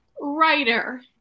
writer